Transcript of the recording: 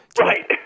Right